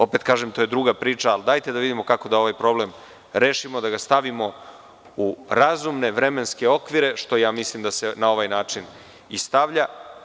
Opet kažem, to je druga priča, ali dajte da vidimo kako ovaj problem da rešimo, da ga stavimo u razumne vremenske okvire, što mislim da se na ovaj način stavlja.